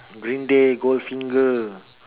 green day gold finger